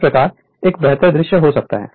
इस प्रकार एक बेहतर दृश्य हो सकता है